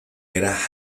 era